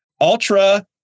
Ultra-